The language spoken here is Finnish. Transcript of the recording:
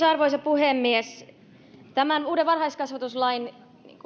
arvoisa puhemies tämän uuden varhaiskasvatuslain